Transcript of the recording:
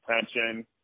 attention